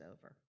over